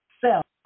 self